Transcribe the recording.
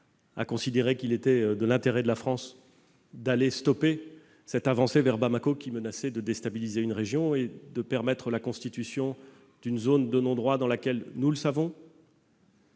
a considéré qu'il était de l'intérêt de la France d'aller stopper cette avancée vers Bamako, qui menaçait de déstabiliser une région et de permettre la constitution d'une zone de non-droit, dans laquelle, nous le savons,